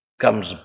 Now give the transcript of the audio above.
comes